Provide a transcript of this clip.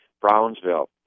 Brownsville